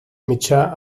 mitjà